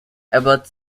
abbott